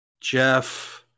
Jeff